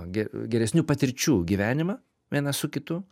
ge geresnių patirčių gyvenimą vienas su kitu